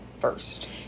first